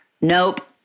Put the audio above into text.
Nope